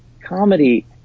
comedy